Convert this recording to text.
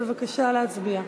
בבקשה להצביע.